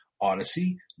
odyssey